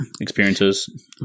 experiences